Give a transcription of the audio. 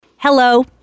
Hello